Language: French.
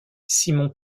simon